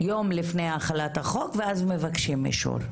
יום לפני החלת החוק ואז מבקשים אישור.